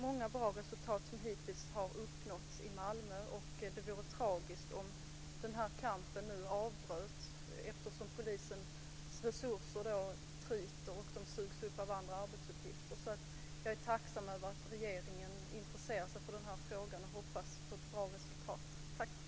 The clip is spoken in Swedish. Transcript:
Många goda resultat har hittills uppnåtts i Malmö, och det vore tragiskt om kampen avbröts när polisens resurser nu tryter och sugs upp av andra arbetsuppgifter. Jag är därför tacksam över att regeringen intresserar sig för den här frågan, och jag hoppas på goda resultat.